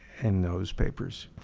and those papers.